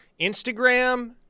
Instagram